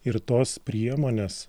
ir tos priemonės